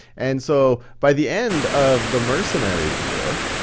and so, by the end of the mercenary war,